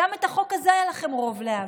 גם את החוק הזה היה לכם רוב להעביר,